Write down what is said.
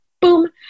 boom